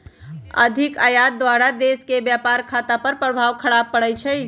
अधिक आयात द्वारा देश के व्यापार खता पर खराप प्रभाव पड़इ छइ